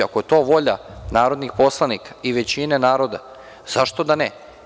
Ako je to volja narodnih poslanika i većine naroda, zašto da ne.